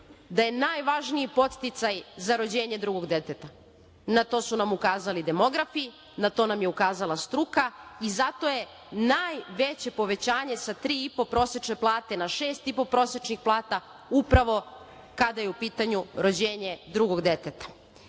da je najvažniji podsticaj za rođenje drugog deteta, na to su nam ukazali demografi, na to nam je ukazala struka i zato je najveće povećanje sa tri i po prosečne plate na šest i po prosečnih plata, upravo kada je u pitanju rođenje drugog deteta.Za